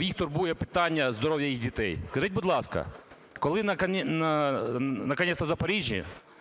Їх турбує питання здоров'я їх дітей. Скажіть, будь ласка, коли накінець в Запоріжжі